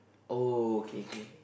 oh K K K